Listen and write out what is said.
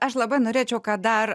aš labai norėčiau kad dar